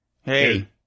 Hey